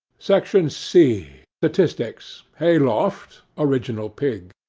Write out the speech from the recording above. section c statistics. hay-loft original pig.